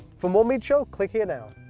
for more meat show, click here now.